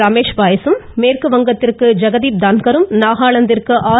ரமேஷ் பைஸ் மேற்குவங்கத்திற்கு ஜெகதீப் தங்கட் நாகலாந்திற்கு ஆர்